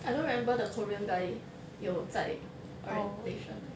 I don't remember the korean guy 有在 orientation